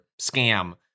scam